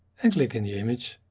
and click in the image.